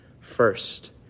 first